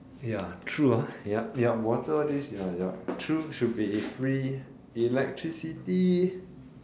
ya true ah yup yup water all this true should be free electricity